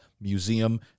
Museum